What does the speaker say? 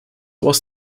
was